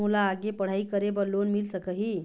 मोला आगे पढ़ई करे बर लोन मिल सकही?